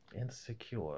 Insecure